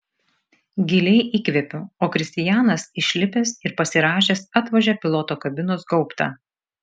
giliai įkvepiu o kristianas išlipęs ir pasirąžęs atvožia piloto kabinos gaubtą